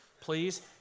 please